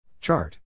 Chart